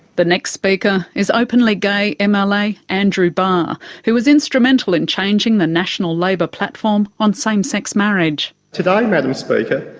the next speaker is openly gay mla um ah like andrew barr who was instrumental in changing the national labor platform on same-sex marriage. today madam speaker,